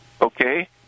Okay